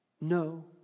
No